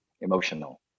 emotional